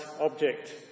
object